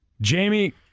Jamie